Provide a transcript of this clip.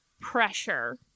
pressure